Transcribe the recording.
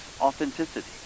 authenticity